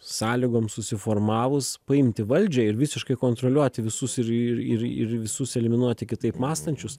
sąlygom susiformavus paimti valdžią ir visiškai kontroliuoti visus ir ir ir visus eliminuoti kitaip mąstančius